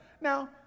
Now